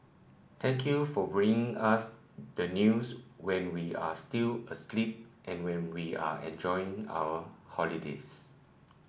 thank you for bringing us the news when we are still asleep and when we are enjoying our holidays